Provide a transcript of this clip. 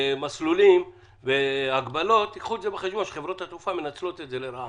ומסלולים שחברות התעופה מנצלות את זה לרעה.